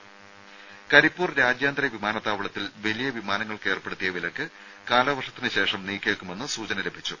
രുര കരിപ്പൂർ രാജ്യാന്തര വിമാനത്താവളത്തിൽ വലിയ വിമാനങ്ങൾക്ക് ഏർപ്പെടുത്തിയ വിലക്ക് കാലവർഷത്തിന് ശേഷം നീക്കിയേക്കുമെന്ന് സൂചന ലഭിച്ചു